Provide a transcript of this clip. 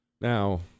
Now